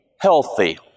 healthy